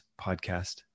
podcast